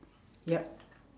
yup